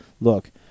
look